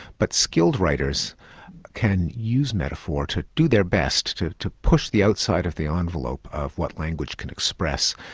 but skilled writers can use metaphor to do their best to to push the outside of the ah envelope of what language can express,